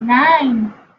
nine